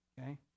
Okay